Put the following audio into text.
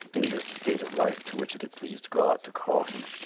in the state of life to which it had pleased god to call him.